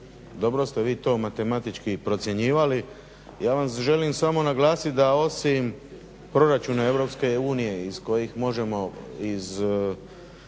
dobro ste vi to matematički procjenjivali. Ja vam želim samo naglasiti da osim proračuna EU iz kojih možemo, iz